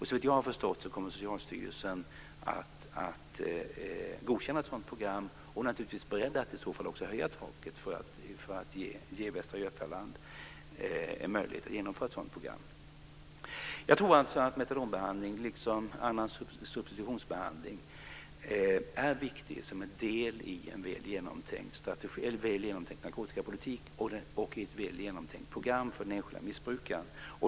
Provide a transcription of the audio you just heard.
Såvitt jag har förstått kommer också Socialstyrelsen att godkänna ett sådant program, och naturligtvis är man i så fall beredd att också höja taket för att ge Västra Götaland en möjlighet att genomföra programmet. Jag tror alltså att metadonbehandling liksom annan substitutionsbehandling är viktig som en del i en väl genomtänkt narkotikapolitik och ett väl genomtänkt program för den enskilda missbrukaren.